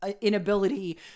inability